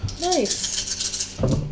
Nice